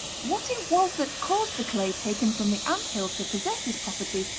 what it was that caused the clay taken from the ant-hills to possess this property,